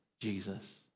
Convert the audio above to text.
Jesus